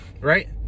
right